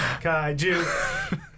Kaiju